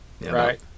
right